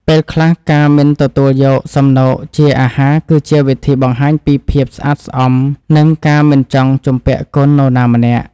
ពេលខ្លះការមិនទទួលយកសំណូកជាអាហារគឺជាវិធីបង្ហាញពីភាពស្អាតស្អំនិងការមិនចង់ជំពាក់គុណនរណាម្នាក់។